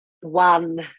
one